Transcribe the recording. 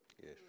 Yes